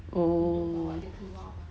oo